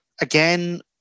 again